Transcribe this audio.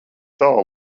tālu